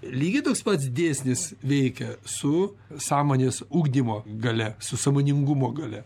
lygiai toks pats dėsnis veikia su sąmonės ugdymo galia su sąmoningumo galia